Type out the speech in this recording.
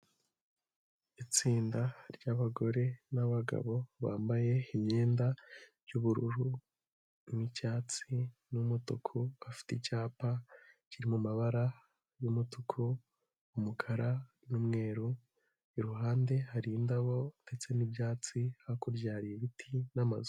Itsinda ry'abagore n'abagabo bambaye imyenda y'ubururu, n'icyatsi n'umutuku, afite icyapa kiri mumabara y'umutuku, umukara n'umweru iruhande hari indabo ndetse n'ibyatsi, hakurya hari ibiti n'amazu.